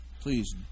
Please